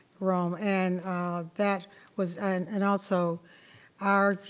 roem. and that was, and and also our.